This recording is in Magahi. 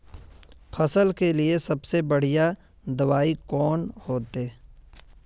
फसल के लिए सबसे बढ़िया दबाइ कौन होते?